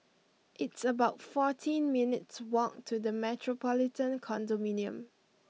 it's about fourteen minutes' walk to The Metropolitan Condominium